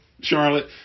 Charlotte